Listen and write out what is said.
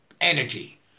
energy